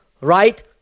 right